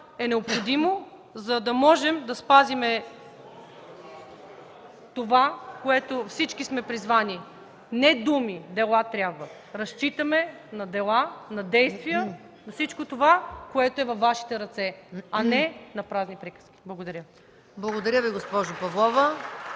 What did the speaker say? е необходимо, за да можем да спазим това, за което всички сме призвани. Не думи, дела трябват! Разчитаме на дела, на действия, на всичко това, което е във Вашите ръце, а не на празни приказки. Благодаря.